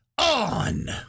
On